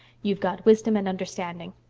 you've got wisdom and understanding.